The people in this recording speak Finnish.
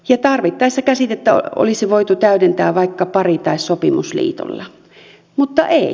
tarvittaessa käsitettä olisi voitu täydentää vaikka pari tai sopimusliitolla mutta ei